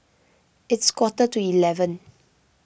its quarter to eleven